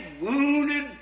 wounded